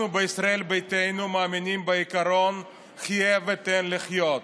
אנחנו בישראל ביתנו מאמינים בעיקרון חיה ותן לחיות.